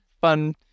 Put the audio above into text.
fun